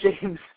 James